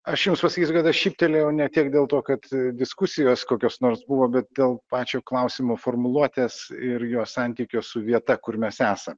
aš jums pasakysiu kad aš šyptelėjau ne tiek dėl to kad diskusijos kokios nors buvo bet dėl pačio klausimo formuluotės ir jo santykio su vieta kur mes esam